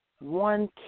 one